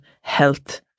health